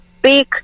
big